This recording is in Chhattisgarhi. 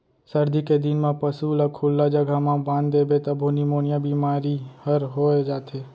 सरदी के दिन म पसू ल खुल्ला जघा म बांध देबे तभो निमोनिया बेमारी हर हो जाथे